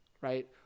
right